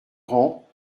rangs